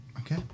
Okay